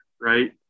right